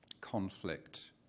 conflict